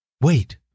Wait